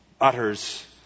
utters